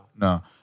No